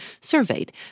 surveyed